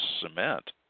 cement